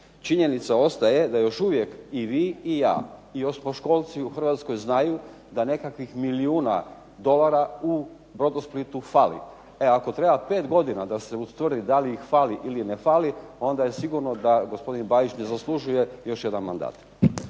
Činjenica ostaje da još uvijek i vi i ja i osmoškolci u Hrvatskoj znaju da nekakvih milijuna dolara u "Brodosplit" u fali. E ako treba 5 godina da se ustvrdi da li ih fali ili ne fali, onda je sigurno da gospodin Bajić ne zaslužuje još jedan mandat.